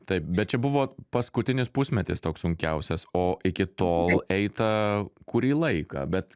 taip bet čia buvo paskutinis pusmetis toks sunkiausias o iki tol eita kurį laiką bet